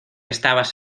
estabas